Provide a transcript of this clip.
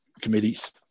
committees